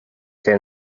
came